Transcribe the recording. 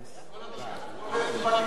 גם בית-המשפט העליון,